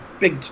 big